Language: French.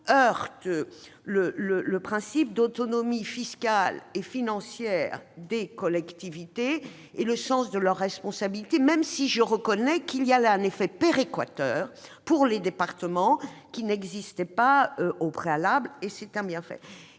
heurte le principe d'autonomie fiscale et financière des collectivités et leur sens des responsabilités, même si je reconnais qu'il y a là un effet péréquateur pour les départements qui n'existait pas au préalable : c'est un bienfait.